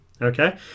Okay